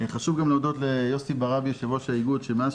חשוב גם להודות ליוסי ברבי יו"ר האיגוד שמאז